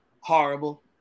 horrible